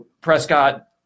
Prescott